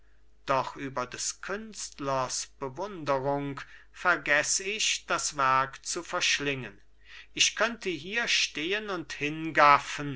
doch über des künstlers bewunderung vergeß ich das werk zu verschlingen ich könnte hier stehen und hingaffen